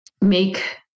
make